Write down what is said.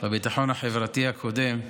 והביטחון החברתי הקודם,